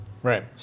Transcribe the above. Right